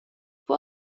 può